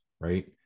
right